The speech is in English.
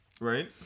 right